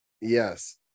yes